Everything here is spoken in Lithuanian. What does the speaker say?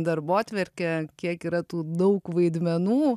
darbotvarkę kiek yra tų daug vaidmenų